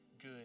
good